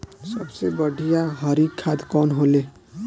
सबसे बढ़िया हरी खाद कवन होले?